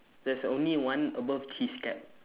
there's only one above his cap